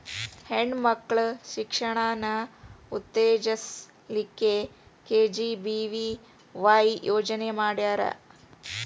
ಹೆಣ್ ಮಕ್ಳ ಶಿಕ್ಷಣಾನ ಉತ್ತೆಜಸ್ ಲಿಕ್ಕೆ ಕೆ.ಜಿ.ಬಿ.ವಿ.ವಾಯ್ ಯೋಜನೆ ಮಾಡ್ಯಾರ್